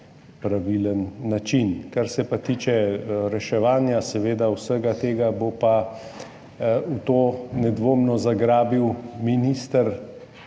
pravilen način. Kar se pa tiče reševanja vsega tega, bo pa v to nedvomno zagrizel novi minister,